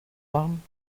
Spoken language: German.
machen